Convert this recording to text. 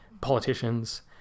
politicians